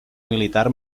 militar